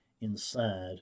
inside